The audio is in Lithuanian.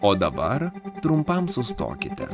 o dabar trumpam sustokite